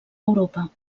europa